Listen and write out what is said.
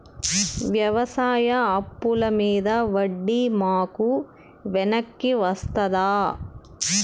వ్యవసాయ అప్పుల మీద వడ్డీ మాకు వెనక్కి వస్తదా?